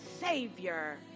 Savior